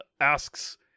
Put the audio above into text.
Asks